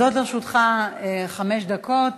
עומדות לרשותך חמש דקות.